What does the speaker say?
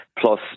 Plus